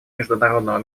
международного